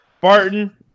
Barton